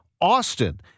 Austin